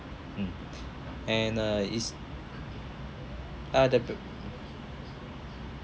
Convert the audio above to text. mm and uh is uh the per